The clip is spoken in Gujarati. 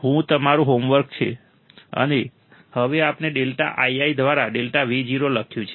શું તમારું હોમવર્ક છે અને હવે આપણે ડેલ્ટા Ii દ્વારા ડેલ્ટા Vo લખ્યું છે